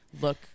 look